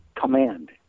command